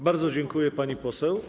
Bardzo dziękuję, pani poseł.